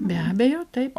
be abejo taip